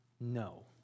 No